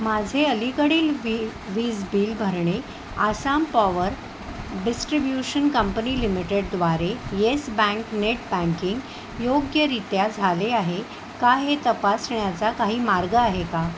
माझे अलीकडील वी वीज बिल भरणे आसाम पॉवर डिस्ट्रीब्युशन कंपनी लिमिटेडद्वारे येस बँक नेट बँकिंग योग्यरित्या झाले आहे का हे तपासण्याचा काही मार्ग आहे का